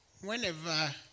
Whenever